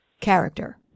character